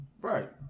Right